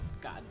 God